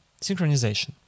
synchronization